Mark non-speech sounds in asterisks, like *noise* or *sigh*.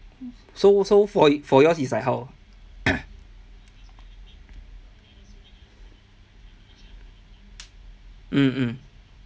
so so for y~ for yours is like how *coughs* mm mm